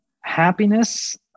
happiness